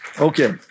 Okay